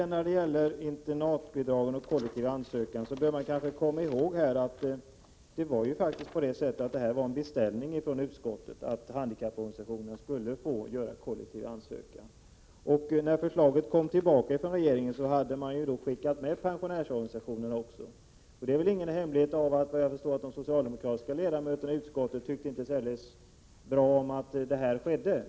När det gäller internatbidragen och kollektiv ansökan bör man kanske komma ihåg att det faktiskt var en beställning från utskottet att handikapporganisationerna skulle få göra kollektiv ansökan. När förslaget kom tillbaka från regeringen, hade man ju också tagit med pensionärsorganisationerna. Det är väl ingen hemlighet att de socialdemokratiska ledamöterna i utskottet inte tyckte särskilt bra om detta.